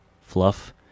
fluff